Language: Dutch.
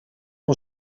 nog